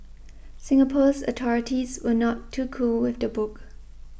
Singapore's authorities were not too cool with the book